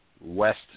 west